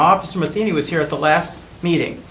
officer mathini was here at the last meeting,